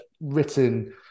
written